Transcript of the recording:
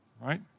right